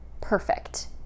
perfect